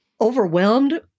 overwhelmed